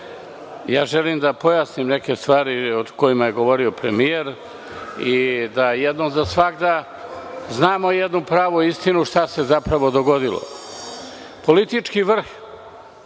želim da pojasnim neke stvari o kojima je govorio premijer i da jednom za svagda znamo jednu pravu istinu šta se zapravo dogodilo. Politički vrh